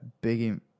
big